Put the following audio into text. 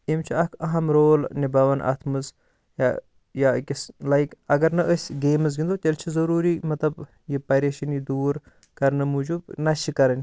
یِم چھِ اَکھ اَہَم رول نِباوان اَتھ منٛز یا یا أکِس لایِک اگر نہٕ أسۍ گیمٕز گِنٛدو تیٚلہِ چھُ ضروٗری مَطلب یہٕ پَریشٲنی دوٗر کَرنہٕ موٗجوٗب نَشہٕ کَرٕنۍ